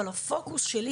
אבל הפוקוס שלי,